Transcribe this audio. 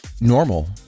normal